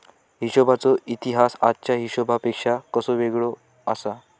हिशोबाचो इतिहास आजच्या हिशेबापेक्षा कसो वेगळो आसा?